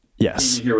Yes